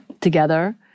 together